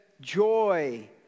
joy